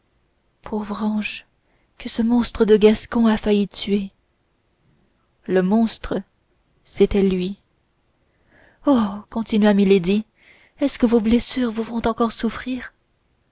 pauvre ange que ce monstre de gascon a failli tuer le monstre c'était lui oh continua milady est-ce que vos blessures vous font encore souffrir